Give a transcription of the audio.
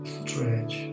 stretch